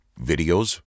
videos